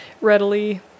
readily